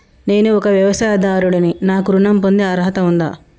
నేను ఒక వ్యవసాయదారుడిని నాకు ఋణం పొందే అర్హత ఉందా?